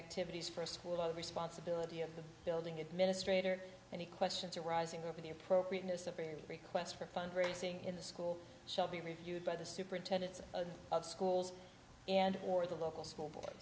activities for a school of responsibility of the building administrator and he questions arising over the appropriateness of three requests for fundraising in the school shall be reviewed by the superintendent of schools and or the local school board